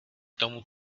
tomu